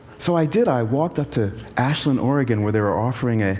so i did. i walked up to ashland, oregon, where they were offering ah